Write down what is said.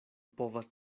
povas